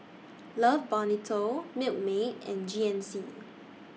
Love Bonito Milkmaid and G N C